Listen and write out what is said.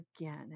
again